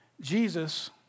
Jesus